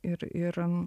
ir ir